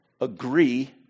Agree